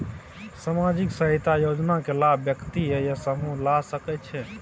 सामाजिक सहायता योजना के लाभ व्यक्ति या समूह ला सकै छै?